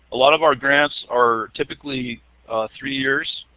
a lot of our grants are typically three years.